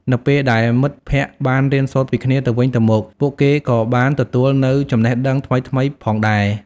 នៅពេលដែលមិត្តភក្តិបានរៀនសូត្រពីគ្នាទៅវិញទៅមក ពួកគេក៏បានទទួលនូវចំណេះដឹងថ្មីៗផងដែរ។